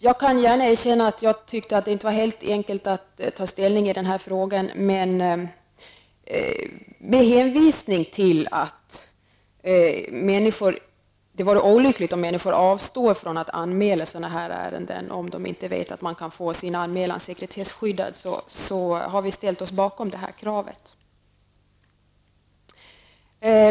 Jag kan erkänna att jag tyckte att det inte var helt enkelt att ta ställning i den är frågan. Men med hänvisning till att det vore olyckligt om människor avstod från att anmäla sådana ärenden om de inte vet att de kan få sin anmälan sekretesskyddad har vi ställt oss bakom det här kravet.